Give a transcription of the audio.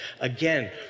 Again